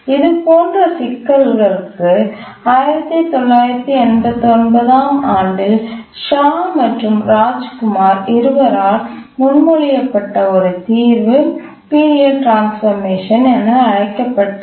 இதுபோன்ற சிக்கல்களுக்கு 1989 ஆம் ஆண்டில் ஷா மற்றும் ராஜ்குமார் இருவரால் முன்மொழியப்பட்ட ஒரு தீர்வு பீரியட் ட்ரான்ஸ்போர்மேஷன் என அழைக்கப்பட்டது